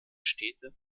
städte